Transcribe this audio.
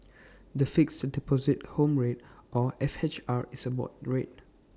the Fixed Deposit Home Rate or F H R is A board rate